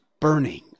burning